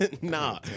Nah